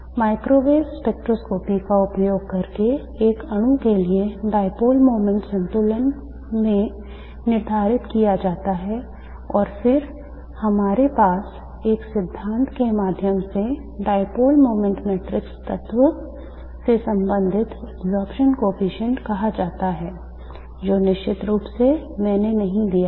microwave spectroscopy का उपयोग करके एक अणु के लिए dipole moment संतुलन में निर्धारित किया जाता है और फिर हमारे पास एक सिद्धांत के माध्यम से dipole moment matrix तत्व से संबंधित absorption coefficient कहा जाता है जो निश्चित रूप से मैंने नहीं दिया है